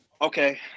okay